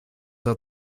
sah